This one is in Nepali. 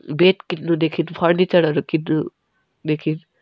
बेड किन्नुदेखि फर्निचरहरू किन्नुदेखि